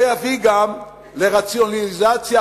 זה יביא גם להרבה יותר רציונליזציה,